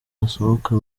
asohoka